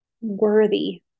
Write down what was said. worthy